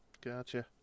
Gotcha